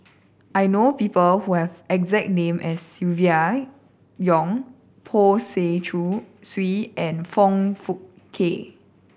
I know people who have exact name as Silvia Yong Poh Swee and Foong Fook Kay